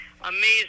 amazing